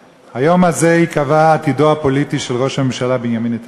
היום הזה ייקבע עתידו הפוליטי של ראש הממשלה בנימין נתניהו,